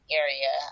area